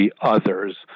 others